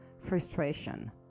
frustration